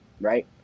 Right